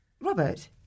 Robert